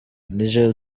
nigel